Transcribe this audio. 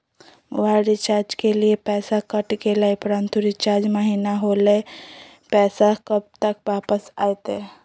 Mobile recharge के लिए पैसा कट गेलैय परंतु रिचार्ज महिना होलैय, पैसा कब तक वापस आयते?